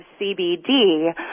CBD